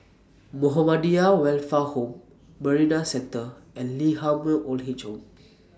Muhammadiyah Welfare Home Marina Centre and Lee Ah Mooi Old Age Home